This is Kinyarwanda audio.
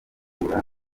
guhura